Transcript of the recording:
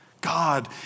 God